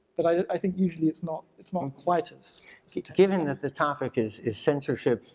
but i think usually it's not it's not quite as given that the topic is is censorship,